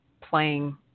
playing